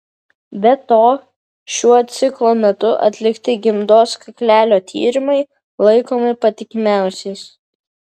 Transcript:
be to šiuo ciklo metu atlikti gimdos kaklelio tyrimai laikomi patikimiausiais